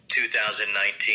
2019